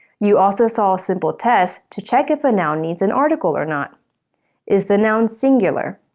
you also saw a simple test to check if a noun needs an article or not is the noun singular?